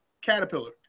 Caterpillar